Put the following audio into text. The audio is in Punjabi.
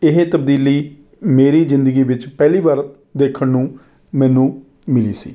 ਇਹ ਤਬਦੀਲੀ ਮੇਰੀ ਜ਼ਿੰਦਗੀ ਵਿੱਚ ਪਹਿਲੀ ਵਾਰ ਦੇਖਣ ਨੂੰ ਮੈਨੂੰ ਮਿਲੀ ਸੀ